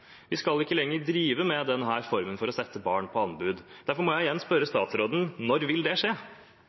å sette barn på anbud. Derfor må jeg igjen spørre statsråden: Når vil det skje?